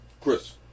Chris